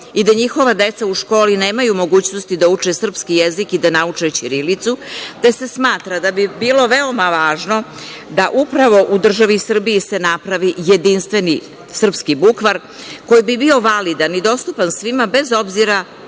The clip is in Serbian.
i da njihova deca u školi nemaju mogućnosti da uče srpski jezik i da nauče ćirilicu, te se smatra da bi bilo veoma važno da upravo u državi Srbiji se napravi jedinstveni srpski bukvar, koji bi bio validan i dostupan svima bez obzira